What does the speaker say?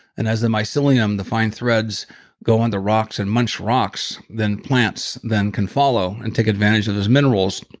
and as the mycelium, the fine threads go on the rocks and munch rocks, then plants then can follow and take advantage of those minerals.